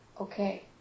Okay